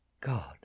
God